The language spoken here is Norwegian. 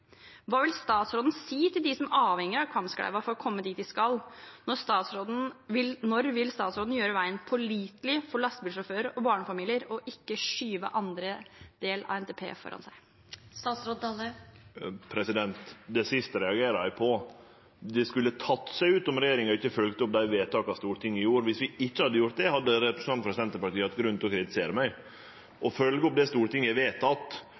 Hva vil statsråden si til dem som er avhengige av Kvamskleiva for å komme dit de skal? Når vil statsråden gjøre veien pålitelig for lastebilsjåfører og barnefamilier – og ikke skyve andre del av NTP foran seg? Det siste reagerer eg på. Det skulle teke seg ut om regjeringa ikkje følgde opp dei vedtaka Stortinget gjorde. Viss vi ikkje hadde gjort det, hadde representanten frå Senterpartiet hatt grunn til å kritisere meg. Å følgje opp det Stortinget